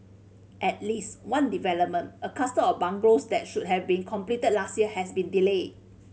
at least one development a cluster of bungalows that should have been completed last year has been delayed